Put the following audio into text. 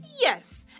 Yes